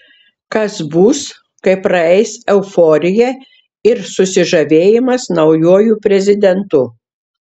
kas bus kai praeis euforija ir susižavėjimas naujuoju prezidentu